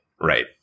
Right